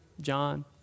John